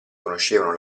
conoscevano